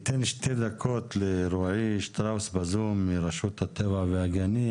רועי שטראוס מרשות הטבע והגנים